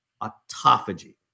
autophagy